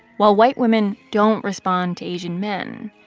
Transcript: while white women don't respond to asian men.